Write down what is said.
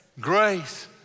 Grace